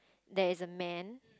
there is a man